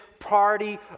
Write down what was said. party